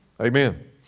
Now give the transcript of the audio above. Amen